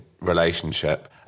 relationship